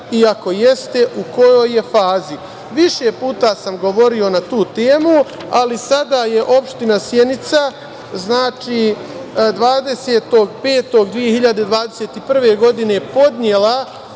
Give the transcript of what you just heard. i ako jeste u kojoj je fazi? Više puta sam govorio na tu temu ali sada je Opština Sjenica, znači 20.05.2021. godine podnela,